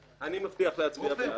אני מבטיח להצביע בעד.